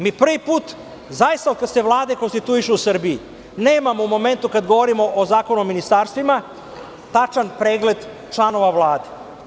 Mi prvi put, zaista od kada se vlade konstituišu u Srbiji, nemamo u momentu kada govorimo o zakonu o ministarstvima, tačan pregled članova Vlade.